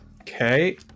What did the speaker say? Okay